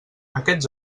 aquests